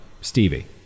Stevie